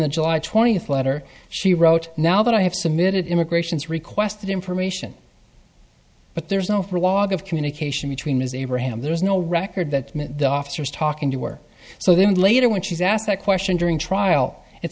the july twentieth letter she wrote now that i have submitted immigration's requested information but there's no free log of communication between ms abraham there is no record that the officer is talking to or so then later when she's asked that question during trial